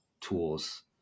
tools